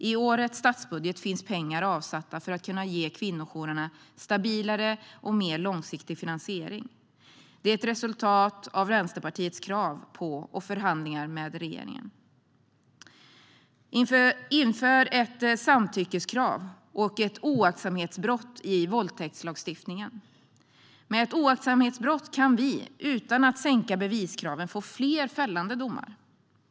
I årets statsbudget finns pengar avsatta för att kunna ge kvinnojourerna stabilare och mer långsiktig finansiering. Det är ett resultat av Vänsterpartiets krav på och förhandlingar med regeringen. Inför ett samtyckeskrav och ett oaktsamhetsbrott i våldtäktslagstiftningen! Med ett oaktsamhetsbrott kan vi utan att sänka beviskraven få fler fällande domar.